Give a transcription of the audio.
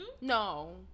No